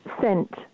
sent